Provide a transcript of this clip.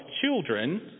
children